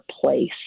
place